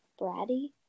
bratty